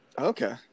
Okay